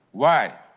why?